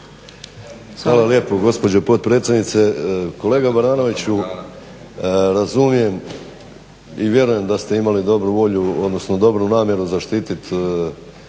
Hvala lijepo gospođo potpredsjednice. Kolega Baranoviću, razumijem i vjerujem da ste imali dobru volju,